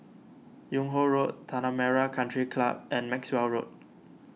Yung Ho Road Tanah Merah Country Club and Maxwell Road